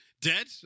dead